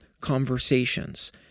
conversations